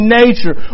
nature